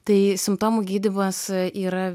tai simptomų gydymas yra